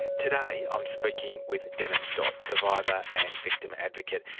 today i'm speaking with dennis dodt, survivor, and victim advocate.